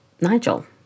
Nigel